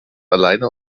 alleine